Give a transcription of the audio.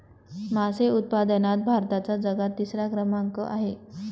मासे उत्पादनात भारताचा जगात तिसरा क्रमांक आहे